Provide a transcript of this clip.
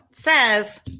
Says